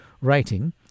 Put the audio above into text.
writing